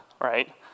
right